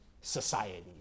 society